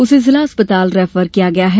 उसे जिला अस्पताल रेफर किया गया है